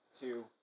two